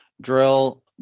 drill